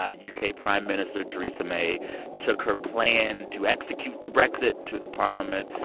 ah u k. prime minister theresa may took her plan to execute the brexit to the parliament.